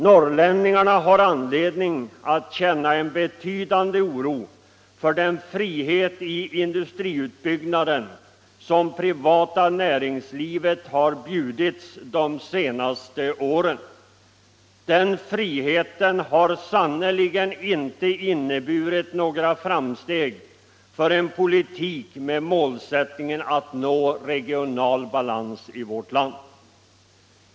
Norrlänningarna har anledning att känna en betydande oro för den frihet i industriutbyggnaden som det privata näringslivet har bjudits under de senaste åren. Den friheten har sannerligen inte inneburit några framsteg för en politik med målsättningen att nå regional balans i vårt land.